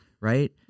Right